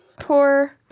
Poor-